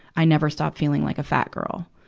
i never stop feeling like a fat girl.